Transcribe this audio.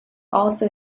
also